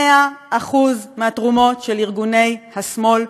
100% התרומות של ארגוני השמאל,